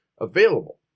available